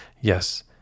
yes